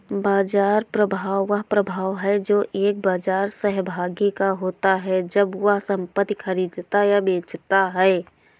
बाजार प्रभाव वह प्रभाव है जो एक बाजार सहभागी का होता है जब वह संपत्ति खरीदता या बेचता है